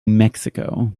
mexico